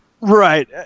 Right